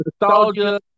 nostalgia